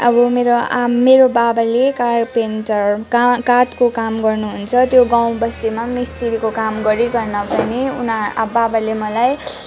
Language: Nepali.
अब मेरो आमा मेरो बाबाले कारपेन्टर काठको काम गर्नुहुन्छ त्यो गाउँ बस्तीमा मिस्त्रीको काम गरिकन पनि उना बाबाले मलाई